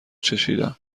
چشیدم